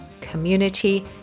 community